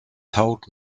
told